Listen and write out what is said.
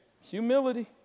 Humility